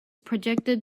projected